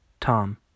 Tom